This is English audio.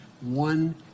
one